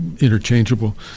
interchangeable